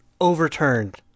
overturned